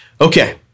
Okay